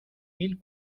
mil